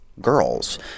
girls